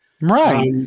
Right